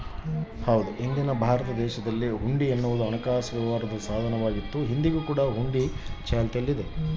ಹಿಂದಿನ ಭಾರತ ದೇಶದಲ್ಲಿ ಹುಂಡಿ ಎನ್ನುವುದು ಹಣಕಾಸು ವ್ಯವಹಾರದ ಸಾಧನ ವಾಗಿತ್ತು